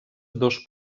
dos